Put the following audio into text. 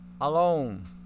alone